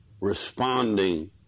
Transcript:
responding